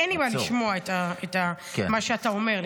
אין לי בעיה לשמוע את מה שאתה אומר לי.